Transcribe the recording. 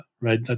Right